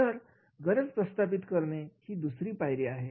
गरज प्रस्थापित करणे ही दुसरी पायरी आहे